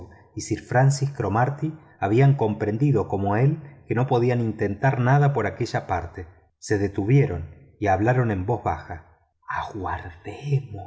y sir francis cromarty habían comprendido como él que no podían intentar nada por aquella parte se detuvieron y hablaron en voz baja